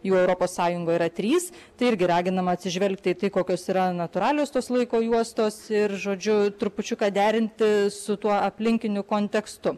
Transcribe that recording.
jų europos sąjungoj yra trys tai irgi raginama atsižvelgti į tai kokios yra natūralios tos laiko juostos ir žodžiu trupučiuką derinti su tuo aplinkiniu kontekstu